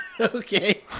Okay